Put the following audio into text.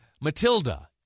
Matilda